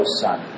son